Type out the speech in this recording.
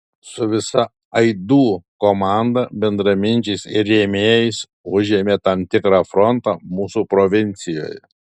su visa aidų komanda bendraminčiais ir rėmėjais užėmė tam tikrą frontą mūsų provincijoje